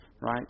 right